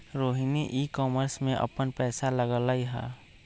Rohini e commerce में अप्पन पैसा लगअलई ह